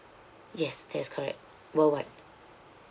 yes that's correct worldwide